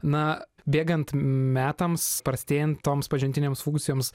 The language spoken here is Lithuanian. na bėgant metams prastėjant toms pažintinėms funkcijoms